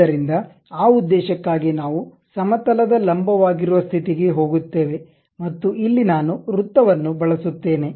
ಆದ್ದರಿಂದ ಆ ಉದ್ದೇಶಕ್ಕಾಗಿ ನಾವು ಸಮತಲದ ಲಂಬವಾಗಿರುವ ಸ್ಥಿತಿಗೆ ಹೋಗುತ್ತೇವೆ ಮತ್ತು ಇಲ್ಲಿ ನಾನು ವೃತ್ತವನ್ನು ಬಳಸುತ್ತೇನೆ